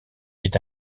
est